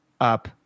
up